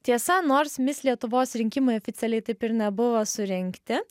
tiesa nors mis lietuvos rinkimai oficialiai taip ir nebuvo surengti